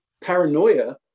paranoia